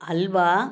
halwa